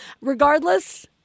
Regardless